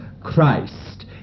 Christ